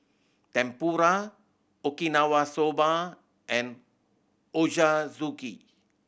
Tempura Okinawa Soba and Ochazuke